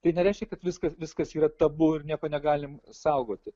tai nereiškia kad viskas viskas yra tabu ir nieko negalim saugoti